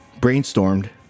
brainstormed